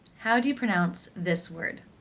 how do you pronounce this word?